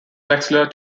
wexler